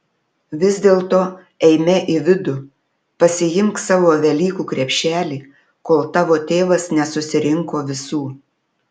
vis dėlto eime į vidų pasiimk savo velykų krepšelį kol tavo tėvas nesusirinko visų